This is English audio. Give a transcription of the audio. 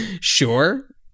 Sure